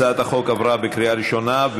הצעת החוק עברה בקריאה ראשונה,